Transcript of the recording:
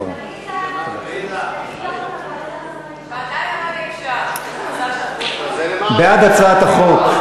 לדיון מוקדם בוועדה שתקבע ועדת הכנסת נתקבלה.